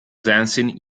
dancing